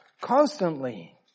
constantly